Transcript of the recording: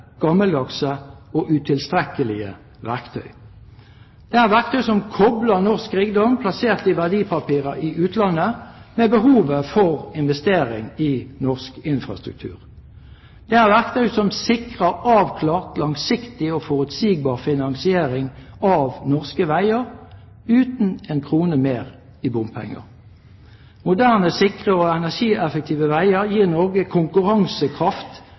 gammeldagse og utilstrekkelige verktøy. Det er verktøy som kobler norsk rikdom, plassert i verdipapirer i utlandet, med behovet for investering i norsk infrastruktur. Det er verktøy som sikrer avklart, langsiktig og forutsigbar finansiering av norske veier – uten en krone mer i bompenger. Moderne, sikre og energieffektive veier gir Norge konkurransekraft